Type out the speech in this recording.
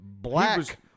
black